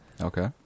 Okay